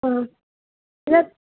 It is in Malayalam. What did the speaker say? ആ ഇത്